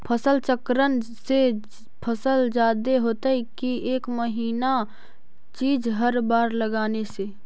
फसल चक्रन से फसल जादे होतै कि एक महिना चिज़ हर बार लगाने से?